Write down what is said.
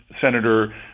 Senator